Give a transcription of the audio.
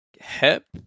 hip